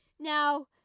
Now